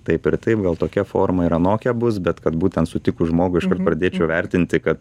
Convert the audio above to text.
taip ir taip gal tokia forma ir anokia bus bet kad būtent sutikus žmogų iškart pradėčiau vertinti kad